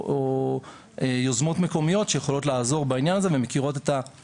או יוזמות מקומיות שמכירות את האוכלוסייה